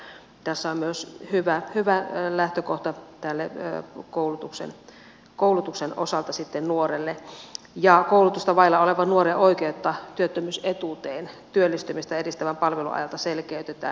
elikkä tässä on myös hyvä lähtökohta tämän koulutuksen osalta nuorelle ja koulutusta vailla olevan nuoren oikeutta työttömyysetuuteen työllistymistä edistävän palvelun ajalta selkeytetään